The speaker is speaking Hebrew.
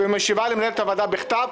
ומשיבה למנהלת הוועדה בכתב,